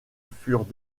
furent